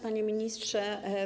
Panie Ministrze!